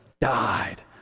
died